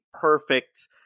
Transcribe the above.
perfect